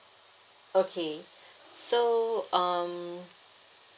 okay so um